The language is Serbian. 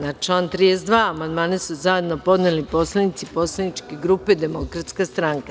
Na član 32. amandmane su zajedno podneli poslanici Poslaničke grupe Demokratska stranka.